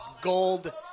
gold